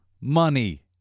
money